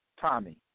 Tommy